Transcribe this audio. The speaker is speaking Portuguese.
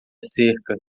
cerca